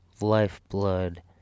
lifeblood